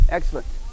Excellent